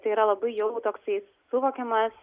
tai yra labai jau toksai suvokiamas